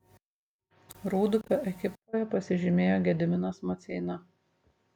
rūdupio ekipoje pasižymėjo gediminas maceina